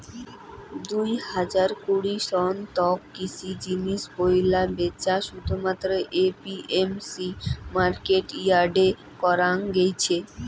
দুই হাজার কুড়ি সন তক কৃষি জিনিস পৈলা ব্যাচা শুধুমাত্র এ.পি.এম.সি মার্কেট ইয়ার্ডে করা গেইছে